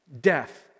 death